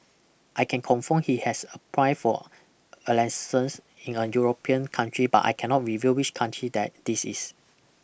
I can confirm he has applied for in a European country but I cannot reveal which country that this is